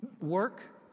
work